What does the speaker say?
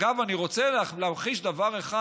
אגב, אני רוצה להמחיש דבר אחד.